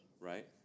right